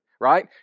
right